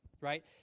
right